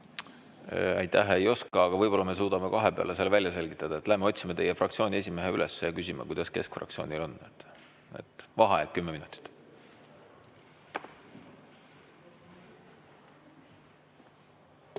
Aitäh! Ei oska, aga võib-olla me suudame kahe peale selle välja selgitada. Otsime teie fraktsiooni esimehe üles ja küsime, kuidas keskfraktsioonil on. Vaheaeg kümme minutit.V